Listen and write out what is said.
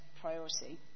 priority